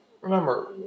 remember